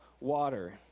water